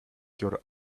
your